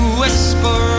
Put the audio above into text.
whisper